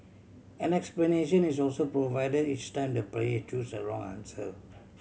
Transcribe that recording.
an explanation is also provide each time the player choose a wrong answer